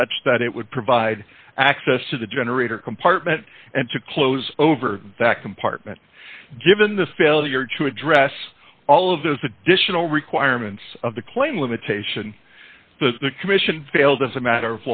such that it would provide access to the generator compartment and to close over that compartment given the failure to address all of those additional requirements of the claim limitation the commission failed as a matter